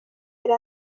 yari